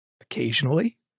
Occasionally